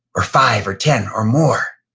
or five, or ten or more.